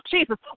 Jesus